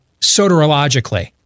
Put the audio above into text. soterologically